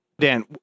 Dan